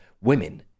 women